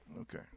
Okay